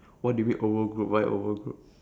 what do you mean O O group why O O group